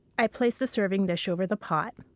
i place the serving dish over the pot.